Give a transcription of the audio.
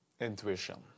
intuition